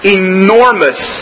enormous